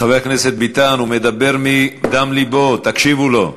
חבר הכנסת ביטן, הוא מדבר מדם לבו, תקשיבו לו.